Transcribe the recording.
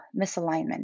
misalignment